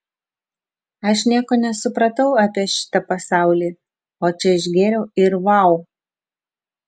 aš nieko nesupratau apie šitą pasaulį o čia išgėriau ir vau